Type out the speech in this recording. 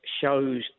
shows